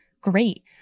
Great